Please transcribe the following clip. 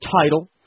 title